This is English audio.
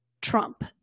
Trump